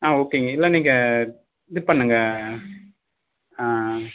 ஆ ஓகேங்க இல்லை நீங்கள் இது பண்ணுங்கள் ஆ